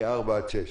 מ השעה ארבע עד שש.